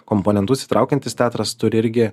komponentus įtraukiantis teatras turi irgi